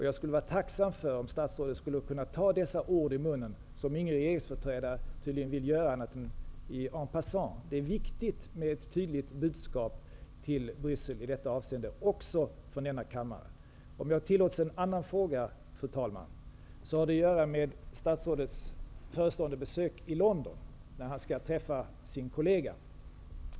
Jag skulle vara tacksam om statsrådet tog dessa ord i munnen, vilket ingen regeringsföreträdare tydligen vill göra, annat än en passant. Det är viktigt med ett tydligt budskap till Bryssel i detta avseende också från denna kammare. Om jag tillåts ställa en annan fråga, fru talman, har den att göra med statsrådets förestående besök i London, där han skall träffa sin kollega.